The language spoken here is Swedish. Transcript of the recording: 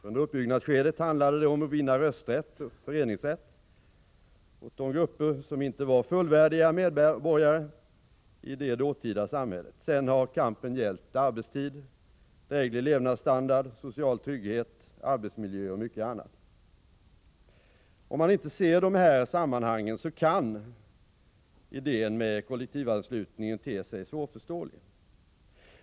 Under uppbyggnadsskedet handlade det om att vinna rösträtt och föreningsrätt åt de grupper som inte var fullvärdiga medborgare i det dåtida samhället. Sedan har kampen gällt arbetstid, dräglig levnadsstandard, social trygghet, arbetsmiljö och mycket annat. Om man inte ser dessa sammanhang, kan idén med kollektivanslutningen te sig svårförståelig.